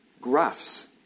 graphs